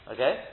Okay